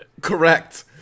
Correct